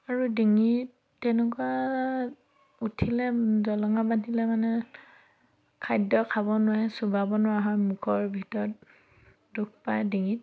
আৰু ডিঙিত তেনেকুৱা উঠিলে জলঙা বান্ধিলে মানে খাদ্য খাব নোৱাৰে চুবাব নোৱাৰা হয় মুখৰ ভিতৰত দুখ পায় ডিঙিত